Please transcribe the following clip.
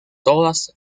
todas